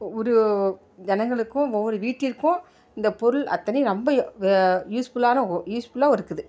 ஒரு ஜனங்களுக்கும் ஒவ்வொரு வீட்டிற்கும் இந்த பொருள் அத்தனையும் ரொம்ப யூஸ்ஃபுல்லான யூஸ்ஃபுல்லாக இருக்குது